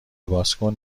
بازکن